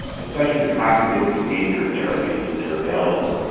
especially cognitive behaviour therapies if they are available,